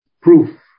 proof